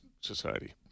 society